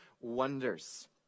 wonders